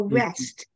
rest